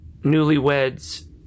newlyweds